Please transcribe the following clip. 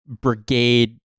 brigade